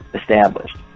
established